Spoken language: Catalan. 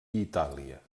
itàlia